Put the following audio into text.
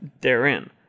therein